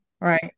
Right